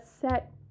set